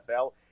NFL